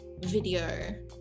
video